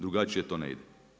Drugačije to ne ide.